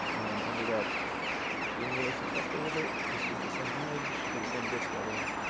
and ended up being really successful with it. this is the same image or the same disc, rather.